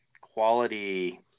quality